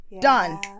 Done